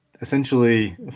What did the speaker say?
essentially